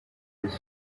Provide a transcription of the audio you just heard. his